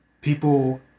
People